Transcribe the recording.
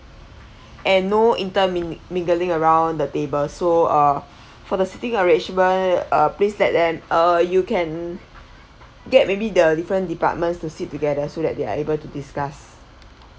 and no intermingling around the table so uh for the seating arrangement uh please let them uh you can get maybe the different departments to sit together so that they are able to discuss